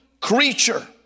creature